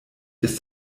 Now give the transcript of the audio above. ist